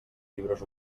llibres